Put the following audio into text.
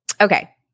Okay